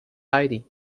heidi